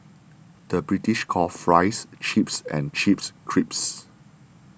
the British calls Fries Chips and Chips Crisps